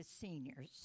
seniors